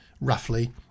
roughly